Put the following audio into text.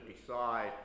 decide